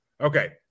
Okay